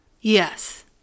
Yes